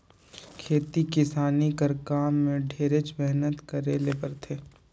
खेती किसानी कर काम में ढेरेच मेहनत करे ले परथे